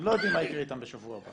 הם לא יודעים מה יקרה אתם בשבוע הבא.